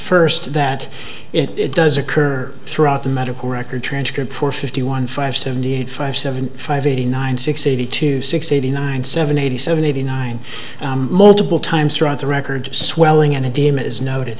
first that it does occur throughout the medical record transcript for fifty one five seventy five seventy five eighty nine sixty two six eighty nine seven eighty seven eighty nine multiple times throughout the record swelling and idiom is noted